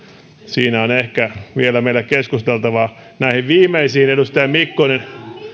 siinä on ehkä vielä meillä keskusteltavaa näihin viimeisiin edustaja mikkonen